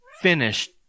finished